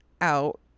out